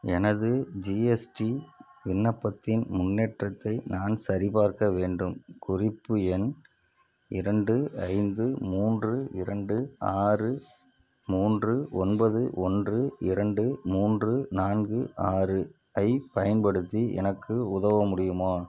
எனது ஜிஎஸ்டி விண்ணப்பத்தின் முன்னேற்றத்தை நான் சரிபார்க்க வேண்டும் குறிப்பு எண் இரண்டு ஐந்து மூன்று இரண்டு ஆறு மூன்று ஒன்பது ஒன்று இரண்டு மூன்று நான்கு ஆறு ஐப் பயன்படுத்தி எனக்கு உதவ முடியுமா